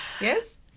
Yes